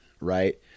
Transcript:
right